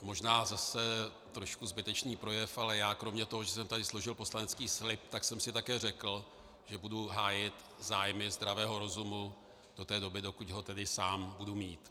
Možná zase trošku zbytečný projev, ale já kromě toho, že jsem tady složil poslanecký slib, tak jsem si také řekl, že budu hájit zájmy zdravého rozumu do té doby, dokud ho tedy sám budu mít.